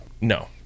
No